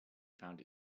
found